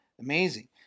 Amazing